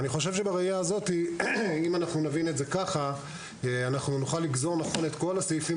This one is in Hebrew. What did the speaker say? בראייה הזאת אם נבין את זה ככה נוכל לגזור נכון את כל הסעיפים